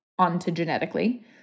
ontogenetically